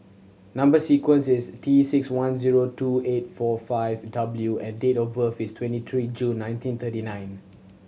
number sequence is T six one zero two eight four five W and date of birth is twenty three June nineteen thirty nine